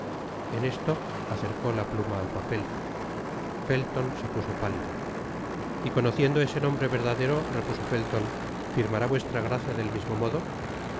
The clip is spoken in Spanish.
en esto acerco la pluma al papel felton se puso pálido y conociendo ese nombre verdadero repuso felton firmará vuestra gracia del mismo modo